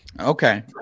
Okay